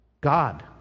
God